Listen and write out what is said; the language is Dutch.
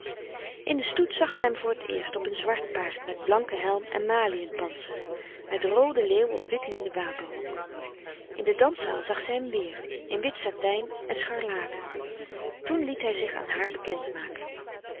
in den stoet zag zij hem voor t eerst op een zwart paard met blanken helm en maliën pantser met rooden leeuw op wit linnen wapenrok in de danszaal zag zij hem weer in wit satijn en scharlaken toen liet hij zich aan haar bekend maken